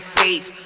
safe